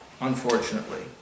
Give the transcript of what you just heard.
unfortunately